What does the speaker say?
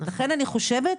לכן, אני חושבת: